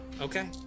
Okay